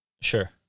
Sure